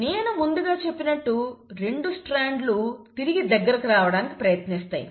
నేను ముందుగా చెప్పినట్టు రెండు స్ట్రాండ్లు తిరిగి దగ్గరకు రావడానికి ప్రయత్నిస్తాయి